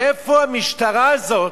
מאיפה המשטרה הזאת,